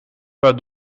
pas